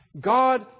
God